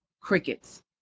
Crickets